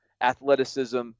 athleticism